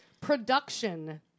Production